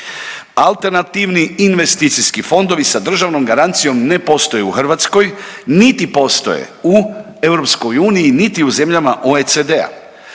Alternativni investicijski fondovi sa državnom garancijom ne postoje u Hrvatskoj niti postoje u EU niti u zemljama OECD-a.